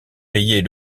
payer